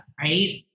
right